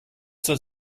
zur